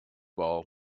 ball